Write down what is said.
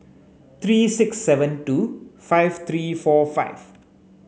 three six seven two five three four five